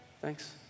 Thanks